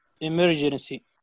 emergency